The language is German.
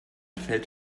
fällt